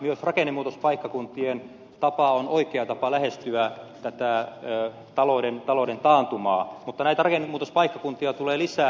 myös rakennemuutospaikkakuntien tapa on oikea tapa lähestyä tätä talouden taantumaa mutta näitä rakennemuutospaikkakuntia tulee lisää